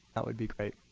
that would be great.